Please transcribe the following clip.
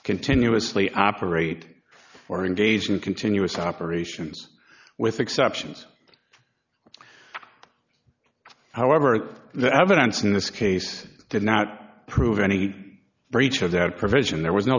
continuously operate or engage in continuous operations with exceptions however the evidence in this case did not prove any breach of that provision there was no